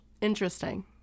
Interesting